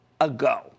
ago